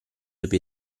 dopo